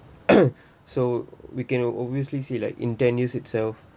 so we cannot obviously say like in ten years old itself